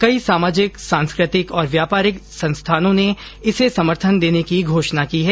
कई सामाजिक सांस्कृतिक और व्यापारिक संस्थानों नें इसे समर्थन देने की घोषणा की है